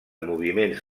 moviments